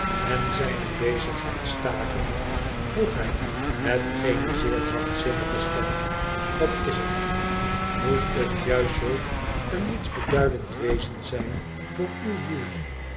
en zijne bezigheid stakende vroeg hij met geene zeer zachtzinnige stem watiser moest het juist znlk een nietsbeduidend wezen zijn voor uw doel